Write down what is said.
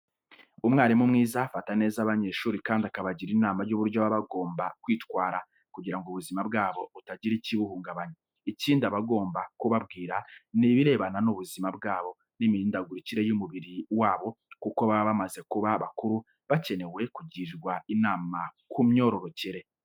Umwarimu mwiza afata neza abanyeshuri kandi akabagira inama y'uburyo baba bagombwa kwitwara, kugira ngo ubuzima bwabo butagira ikibuhungabanya. Ibindi aba agomba kubabwira ni ibirebana n'ubuzima bwabo n'imihindagurikire y'umubiri wabo kuko baba bamaze kuba bakuru bakenewe kugirwa inama ku myororokere.